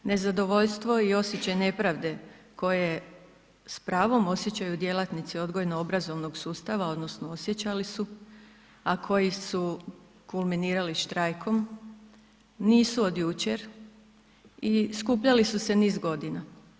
Nezadovoljstvo i osjećaj nepravde koje s pravom osjećaju djelatnici odgojno-obrazovnog sustava odnosno osjećali su, a koji su kulminirali štrajkom, nisu od jučer i skupljali su se niz godina.